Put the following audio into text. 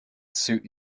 suit